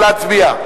נא להצביע.